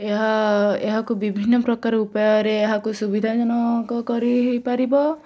ଏହା ଏହାକୁ ବିଭିନ୍ନ ପ୍ରକାର ଉପାୟରେ ସୁବିଧା ଜନକ କରିପାରିବ